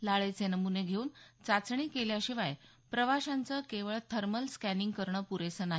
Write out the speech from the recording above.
लाळेचे नमुने घेऊन चाचणी केल्याशिवाय प्रवाशांचं केवळ थर्मल स्कॅनिंग करणं पुरेसं नाही